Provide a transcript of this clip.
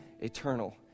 eternal